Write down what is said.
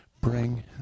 bring